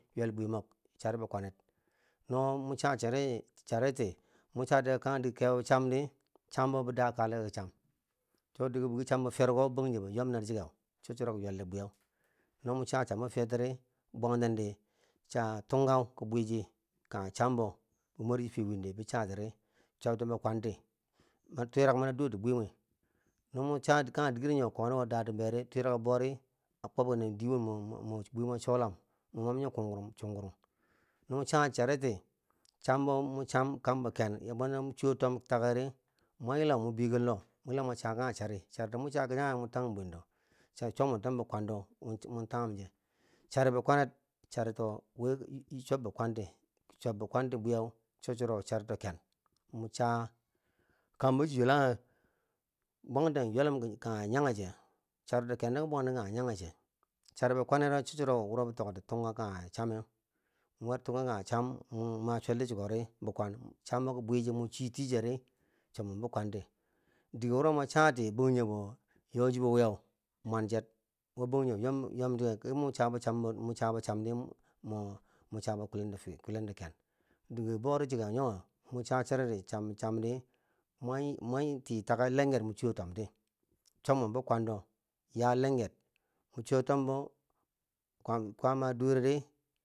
Ywelbwi mok, chari bi kwaner no mo cha charity, mo chati kage kebo chamid, bi da kale ki cham cho di bwi chambo fiyerko bangjinghebo yom ner chike, cho churo ki ywelde bwiyeu, no mo cha chambo fiyer tiri bwanten tiri tunka kibwichi kangha cham bo, mo mwer chi fiye win bi cha tiri chobten bikwanti mwi twirak mani do ti buri mwi no mo cha kanghe diger nyo koni datenberi, twirko bouri a kwobken diye win bwi mwe cholam, mam nyo kunghurun chunghurun, no mo cha charity chambo mo cham kambo ken bwenno mo cho tom takeri mwa yilau mo biyeken loh yila mwa cha kangha chari charito mo cha kachanghe mo tanghum bwendo, chuwo chob men ten bi kwando, mo tanghum che, chari bikwanet charito wi chob bikwanti, chobbi kwanti bwiye cho chirro charito ken, mo cha kambo chi ywelanghe, wanten ywelum kangha yanghe che, charito kendo ki bwanten kangha yanghe che chari bi kwanedo cho duro bo tokti, tunka kangha cham mo mwer tunka kangha cham mo ma chwelti chikodi bi kwan cham bo ki bwichi mo chi tii cheri chob mwenbi kwanti, dige wuro mwa chati bangjinghe bo yo chibo wi mwan cher wo bangjinghe bo yom ner kimo chabo cham di, mu chabo kulen do ken, digero boti chike nyimom mo cha chari bikwandi mwa ti take lenger mun chotomti, cham mwen bi kwando ya lenget cho tombo kwam kwama a doreri.